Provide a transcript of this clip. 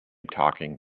talking